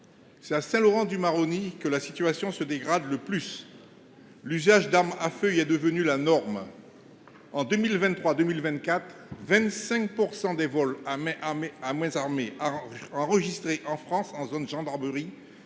C’est à Saint Laurent du Maroni que la situation se dégrade le plus. L’usage d’armes à feu y est devenu la norme. En 2023 2024, 25 % des vols à main armée recensés en France en zone gendarmerie